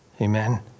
Amen